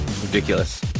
Ridiculous